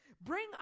bring